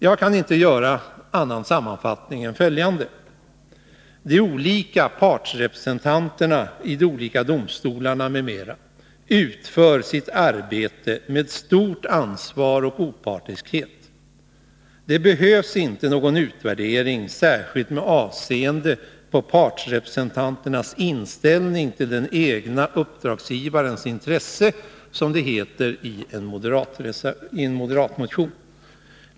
Jag kan inte göra någon annan sammanfattning än följande: De olika partsrepresentanterna vid de olika domstolarna m.m. utför sitt arbete med stort ansvar och opartiskhet. Det behövs inte någon utvärdering med särskilt avseende på partsrepresentanternas inställning till den egna uppdragsgivarens intressen, som det heter i en moderat motion.